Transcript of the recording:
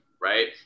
right